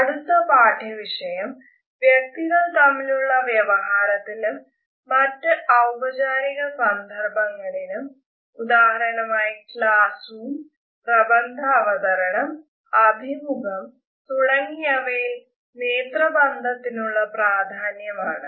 അടുത്ത പാഠ്യവിഷയം വ്യക്തികൾ തമ്മിലുള്ള വ്യവഹാരത്തിലും മറ്റ് ഔപചാരിക സന്ദർഭങ്ങളിലും ഉദാഹരണമായി ക്ലാസ്സ് റൂം പ്രബന്ധ അവതരണം അഭിമുഖം തുടങ്ങിയവയിൽ നേത്രബന്ധത്തിനുള്ള പ്രാധാന്യം ആണ്